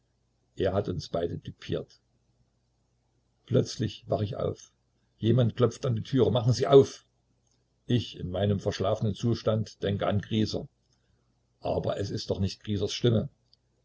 er hat uns beide düpiert plötzlich wach ich auf jemand klopft an die türe machen sie auf ich in meinem verschlafenen zustand denke an grieser aber es ist doch nicht griesers stimme